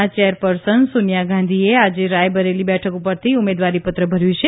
ના ચેરપર્સન સોનિયા ગાંધીએ આજે રાયબરેલી બેઠક પરથી ઉમેદવારીપત્ર ભર્યું છે